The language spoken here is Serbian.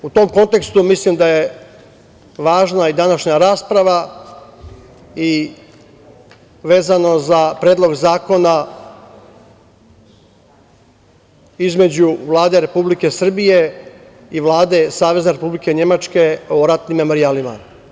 U tom kontekstu, mislim da je važna i današnja rasprava i vezano za predlog zakona između Vlade Republike Srbije i Vlade Savezne Republike Nemačke o ratnim memorijalima.